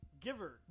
giver